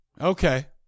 Okay